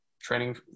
training